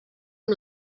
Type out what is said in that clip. amb